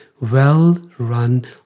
well-run